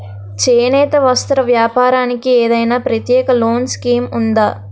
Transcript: చేనేత వస్త్ర వ్యాపారానికి ఏదైనా ప్రత్యేక లోన్ స్కీం ఉందా?